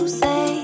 say